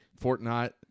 Fortnite